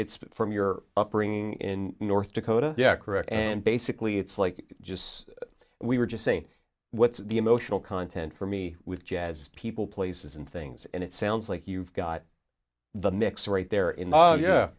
it's from your upbringing in north dakota correct and basically it's like just we were just saying what's the emotional content for me with jazz people places and things and it sounds like you've got the mix right there in the yeah